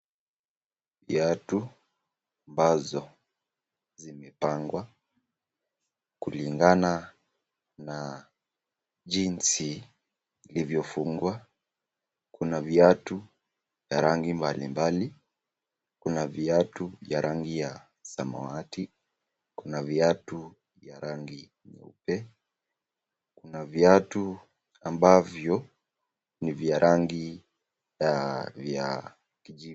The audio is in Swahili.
Viatu ambazo zimepangwa kulingana na jinsi ilivyofungwa. Kuna viatu ya rangi mbalimbali. Kuna viatu ya rangi ya samwati. Kuna viatu ya rangi nyeupe. Kuna viatu ambavyo ni vya rangi ya kijivu.